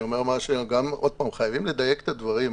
אני אומר שחייבים לדייק את הדברים.